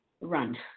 run